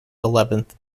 eleventh